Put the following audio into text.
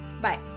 Bye